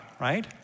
right